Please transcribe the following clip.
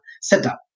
setup